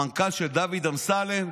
המנכ"ל של דוד אמסלם,